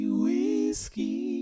whiskey